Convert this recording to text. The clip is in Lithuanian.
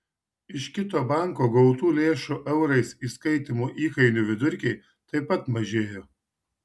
iš kito banko gautų lėšų eurais įskaitymo įkainių vidurkiai taip pat mažėjo